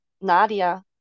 Nadia